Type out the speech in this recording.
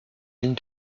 ligne